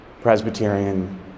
Presbyterian